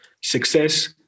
success